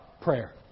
prayer